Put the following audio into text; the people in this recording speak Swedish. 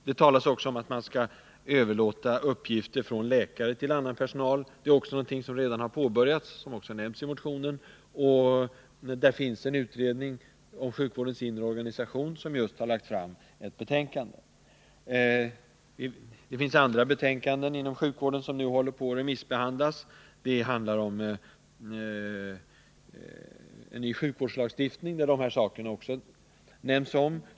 Det talas också om att man skall överlåta uppgifter från läkare till annan personal. Även det är någonting som redan har påbörjats, vilket f. ö. nämns i motionen. Utredningen om sjukvårdens inre organisation har just lagt fram ett betänkande. Det finns andra betänkanden om sjukvården som håller på att remissbehandlas. Ett handlar om en ny sjukvårdslagstiftning, där även dessa saker nämns.